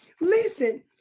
Listen